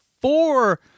four